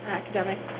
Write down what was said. academic